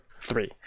three